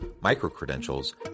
micro-credentials